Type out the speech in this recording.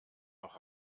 noch